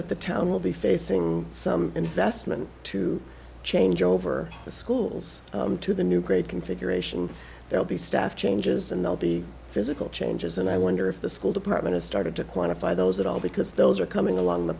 that the tell will be facing some investment to change over the schools to the new grade configuration they'll be staff changes and they'll be physical changes and i wonder if the school department has started to quantify those at all because those are coming along the